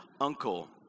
uncle